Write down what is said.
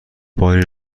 باری